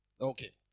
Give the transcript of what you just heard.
Okay